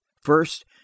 First